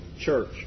church